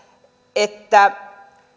että